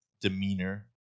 demeanor